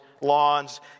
lawns